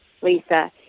Lisa